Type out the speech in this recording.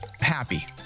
happy